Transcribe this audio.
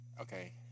Okay